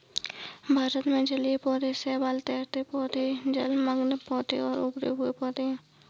भारत में जलीय पौधे शैवाल, तैरते पौधे, जलमग्न पौधे और उभरे हुए पौधे हैं